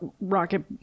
Rocket